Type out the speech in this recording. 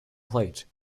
plate